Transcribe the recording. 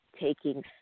taking